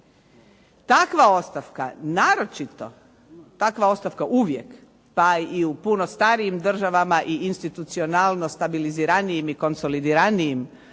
Takva ostavka naročito, takva ostavka uvijek pa i u puno starijim državama i institucionalno stabiliziranijim i konsolidiranijim